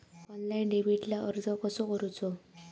Online डेबिटला अर्ज कसो करूचो?